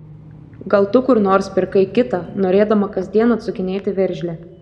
gal tu kur nors pirkai kitą norėdama kasdien atsukinėti veržlę